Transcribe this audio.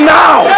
now